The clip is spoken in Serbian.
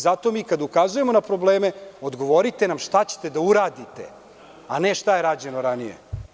Zato kada ukazujemo na probleme, odgovorite nam šta ćete da uradite, a ne šta je rađeno ranije.